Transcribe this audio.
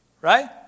Right